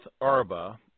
Arba